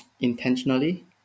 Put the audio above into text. intentionally